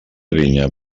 vinya